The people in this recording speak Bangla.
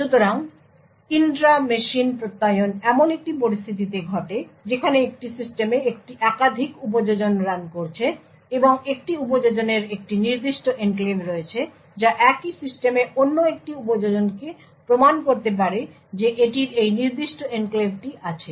সুতরাং ইন্ট্রা মেশিন প্রত্যয়ন এমন একটি পরিস্থিতিতে ঘটে যেখানে একটি সিস্টেমে একাধিক উপযোজন রান করছে এবং একটি উপযোজনের একটি নির্দিষ্ট এনক্লেভ রয়েছে যা একই সিস্টেমে অন্য একটি উপযোজনকে প্রমাণ করতে পারে যে এটির এই নির্দিষ্ট এনক্লেভটি আছে